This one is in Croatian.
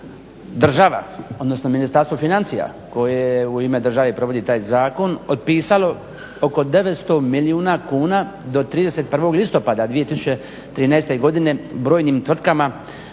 država odnosno Ministarstvo financija koje u ime države provodi taj zakon otpisalo oko 900 milijuna kuna do 31.listopada 2013.godine brojnim tvrtkama